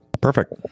Perfect